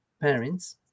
parents